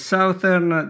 Southern